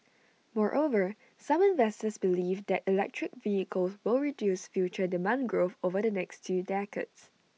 moreover some investors believe that electric vehicles will reduce future demand growth over the next two decades